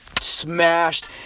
smashed